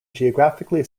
geographically